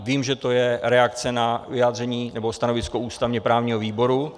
Vím, že to je reakce na vyjádření nebo stanovisko ústavněprávního výboru.